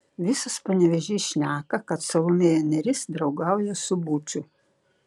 visas panevėžys šneka kad salomėja nėris draugauja su buču